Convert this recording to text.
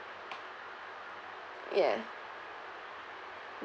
ya